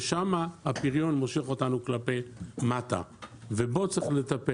ושם הפריון מושך אותנו כלפי מטה ובו צריך לטפל.